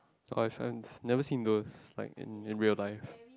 oh I've I've never seen those like in real life